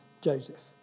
Joseph